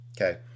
okay